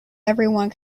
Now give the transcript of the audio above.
everyone